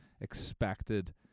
expected